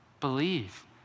believe